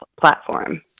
platform